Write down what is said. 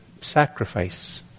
sacrifice